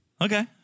Okay